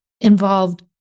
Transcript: involved